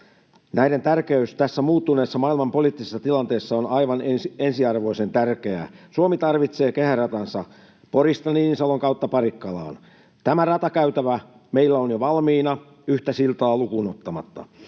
Näiden tärkeys tässä muuttuneessa maailmanpoliittisessa tilanteessa on aivan ensiarvoisen tärkeää. Suomi tarvitsee kehäratansa Porista Niinisalon kautta Parikkalaan. Tämä ratakäytävä meillä on jo valmiina yhtä siltaa lukuun ottamatta.